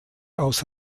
aus